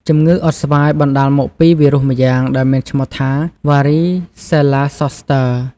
ជំងឺអុតស្វាយបណ្តាលមកពីវីរុសម្យ៉ាងដែលមានឈ្មោះថា វ៉ារីសេលឡាហ្សសស្ទើ។